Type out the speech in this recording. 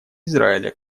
израиля